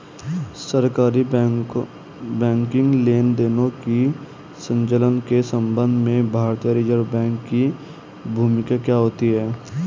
सरकारी बैंकिंग लेनदेनों के संचालन के संबंध में भारतीय रिज़र्व बैंक की भूमिका क्या होती है?